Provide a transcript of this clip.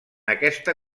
aquesta